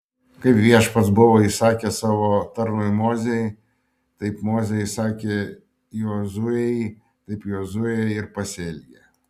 kaip viešpats buvo įsakęs savo tarnui mozei taip mozė įsakė jozuei taip jozuė ir pasielgė